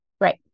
Right